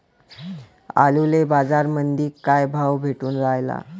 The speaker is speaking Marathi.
आलूले बाजारामंदी काय भाव भेटून रायला?